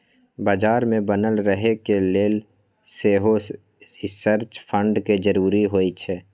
बजार में बनल रहे के लेल सेहो रिसर्च फंड के जरूरी होइ छै